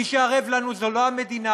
מי שערב לנו זה לא המדינה,